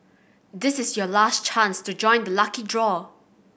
this is your last chance to join the lucky draw